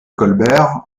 colbert